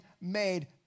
made